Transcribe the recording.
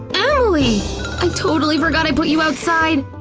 emily! i totally forgot i put you outside!